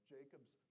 Jacob's